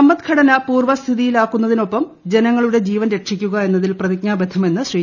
സമ്പദ്ഘടന പൂർവ്വസ്ഥിതിയിലാക്കുന്നതിനൊപ്പം ജനങ്ങളുടെ ജീവൻ രക്ഷിക്കുക എന്നതിൽ പ്രതിജ്ഞാബദ്ധമാണെന്ന് ശ്രീ